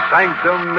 Sanctum